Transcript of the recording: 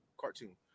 cartoon